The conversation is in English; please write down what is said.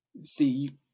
See